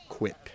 Quit